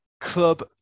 club